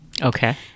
Okay